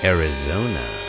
Arizona